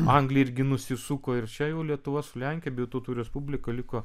anglija irgi nusisuko ir čia jau lietuva su lenkija abiejų tautų respublika liko